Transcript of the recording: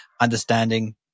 understanding